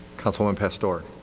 councilwoman pastor